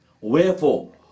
Wherefore